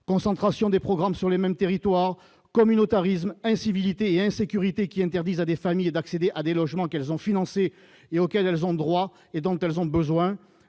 concentration des programmes sur les mêmes territoires communautarisme incivilités et insécurité qui interdisent à des familles d'accéder à des logements qu'elles ont financé et auxquelles elles ont droit et dont elles ont besoin